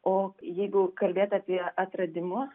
o jeigu kalbėt apie atradimus